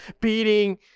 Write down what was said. beating